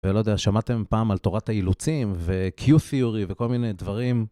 ולא יודע, שמעתם פעם על תורת האילוצים? ו-Q-Theory וכל מיני דברים.